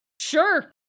sure